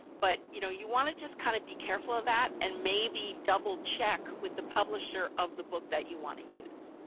but you know you want to just kind of be careful of that, and maybe double check with the publisher of the book that you want to use,